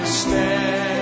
stand